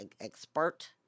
expert